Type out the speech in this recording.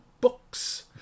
books